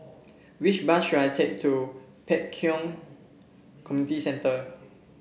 which bus should I take to Pek Kio Community Centre